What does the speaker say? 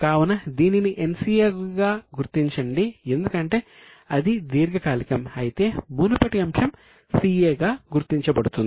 కావున దీనిని NCA గా గుర్తించండి ఎందుకంటే అది దీర్ఘకాలికం అయితే మునుపటి అంశం CA గా గుర్తించబడుతుంది